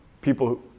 people